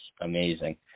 amazing